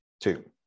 Two